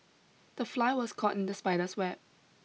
the fly was caught in the spider's web